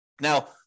Now